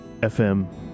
FM